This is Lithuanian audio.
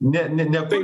ne ne ne tai